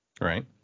Right